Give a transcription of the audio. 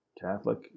catholic